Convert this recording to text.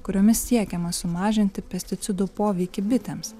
kuriomis siekiama sumažinti pesticidų poveikį bitėms